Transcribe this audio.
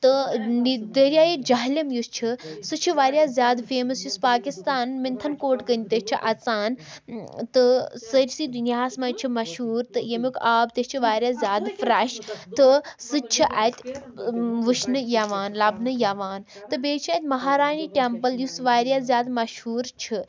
تہٕ یہِ دریاے جہلِم یُس چھُ سُہ چھُ وارِیاہ زیادٕ فیمَس یُس پاکِستان مِتھنکوٹ کٔنۍ تہِ چھِ اَژان تہٕ سٲرسٕے دُنیاہَس منٛز چھِ مشہوٗر تہٕ ییٚمیُک آب تہِ چھُ وارِیاہ زیادٕ فرٛیٚش تہٕ سُہ تہِ چھُ اَتہِ وُچھنہٕ یِوان لبنہٕ یِوان تہٕ بیٚیہِ چھِ اتہِ مہارانی ٹیٚمپٕل یُس واریاہ زیادٕ مشہوٗر چھُ